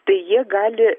tai jie gali